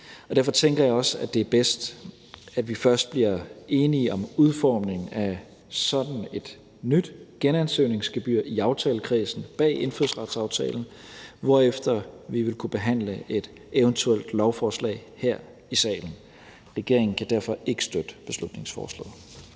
i aftalekredsen bag indfødsretsaftalen først bliver enige om udformningen af sådan et nyt genansøgningsgebyr, hvorefter vi vil kunne behandle et eventuelt lovforslag her i salen. Regeringen kan derfor ikke støtte beslutningsforslaget.